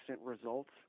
results